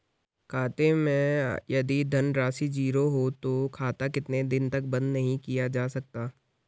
खाते मैं यदि धन राशि ज़ीरो है तो खाता कितने दिन तक बंद नहीं किया जा सकता?